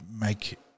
make